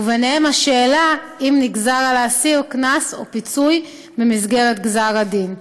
וביניהם השאלה אם נגזר על האסיר קנס או פיצוי במסגרת גזר הדין,